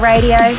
Radio